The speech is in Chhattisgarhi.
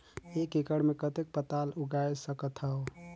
एक एकड़ मे कतेक पताल उगाय सकथव?